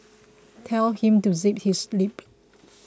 tell him to zip his lip